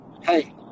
hey